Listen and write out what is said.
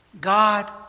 God